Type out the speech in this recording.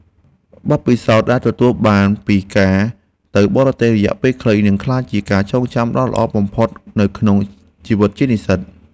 បទពិសោធន៍ដែលទទួលបានពីការទៅបរទេសរយៈពេលខ្លីនឹងក្លាយជាការចងចាំដ៏ល្អបំផុតនៅក្នុងជីវិតជានិស្សិត។